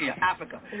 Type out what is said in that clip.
Africa